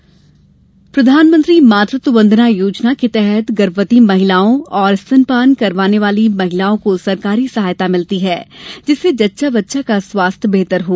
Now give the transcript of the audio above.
मातृत्व वंदना प्रधानमंत्री मातृत्व वंदना योजना के तहत गर्भवती महिलाओं और स्तनपान करवाने वाली महिलाओं को सरकारी सहायता मिलती है जिससे जच्चा बच्चा का स्वास्थ्य बेहतर हो